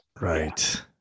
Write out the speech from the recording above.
Right